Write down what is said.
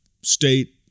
state